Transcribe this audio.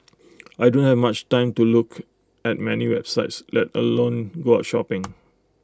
I don't have much time to look at many websites let alone go out shopping